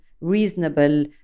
reasonable